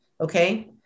okay